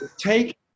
Take